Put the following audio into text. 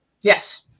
Yes